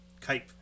Kite